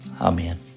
amen